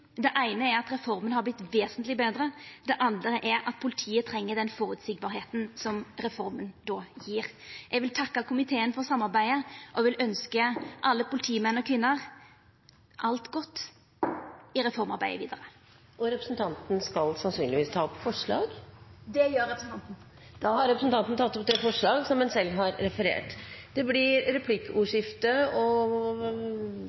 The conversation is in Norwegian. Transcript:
Det eine er at reforma har vorte vesentleg betre. Det andre er at politiet treng den føreseielegheita som reforma då gjev. Eg vil takka komiteen for samarbeidet og ønskja alle politimenn og -kvinner alt godt i reformarbeidet vidare. Representanten skal sannsynligvis ta opp forslag? Det gjer representanten. Representanten har tatt opp de forslagene hun refererte til. Det blir